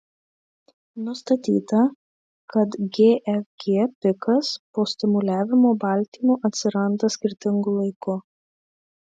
nustatyta kad gfg pikas po stimuliavimo baltymu atsiranda skirtingu laiku